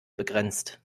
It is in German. begrenzt